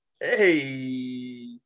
hey